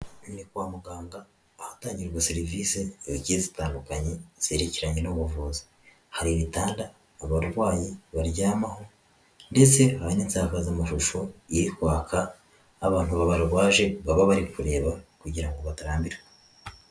Ni kwa muganga, ahatangirwa serivise zigiye zitandukanye zerekeranye n'ubuvuzi, hari ibitanda abarwayi baryamaho ndetse haba n'insakazamashusho iri kwaka abantu babarwaje baba bari kureba kugira ngo batarambirwa.